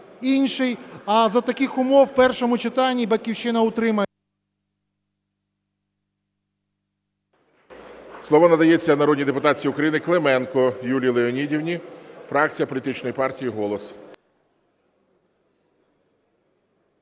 А за таких умов в першому читанні "Батьківщина" утримається. ГОЛОВУЮЧИЙ. Слово надається народній депутатці України Клименко Юлії Леонідівні, фракція політичної партії "Голос".